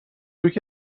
یکی